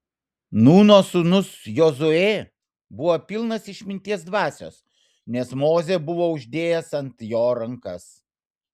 nūno sūnus jozuė buvo pilnas išminties dvasios nes mozė buvo uždėjęs ant jo rankas